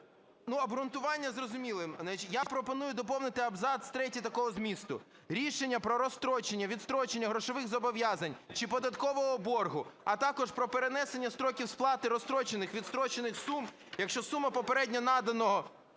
Ну, обґрунтування зрозуміле. Я пропоную доповнити абзац 3 такого змісту: "рішення про розстрочення (відстрочення) грошових зобов'язань чи податкового боргу, а також про перенесення строків виплати розстрочених (відстрочених) сум, якщо сума попередньо наданого